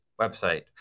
website